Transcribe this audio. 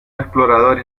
explorador